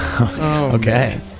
Okay